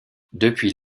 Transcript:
depuis